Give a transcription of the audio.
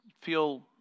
feel